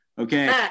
Okay